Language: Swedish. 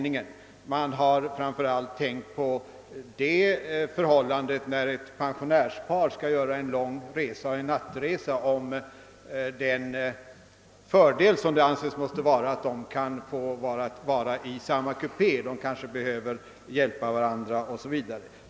Framför allt har man tänkt på den fördel det måste anses innebära för ett pensionärspar som skall göra en lång resa över natten att få vara i samma sovkupé, eftersom de kan behöva hjälpa varandra 0. s. v.